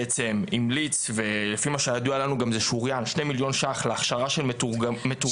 עצמו, שיחות פנימיות מול